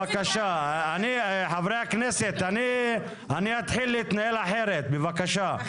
חברי הכנסת, אני אתחיל להתנהל אחרת, בבקשה.